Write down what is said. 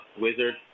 Wizard